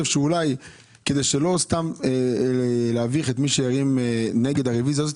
חושב שכדי לא סתם נביך את מי שהם נגד הרוויזיה הזאת,